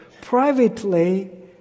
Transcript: privately